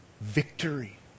victory